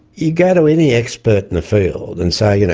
you go to any expert in the field and say, you know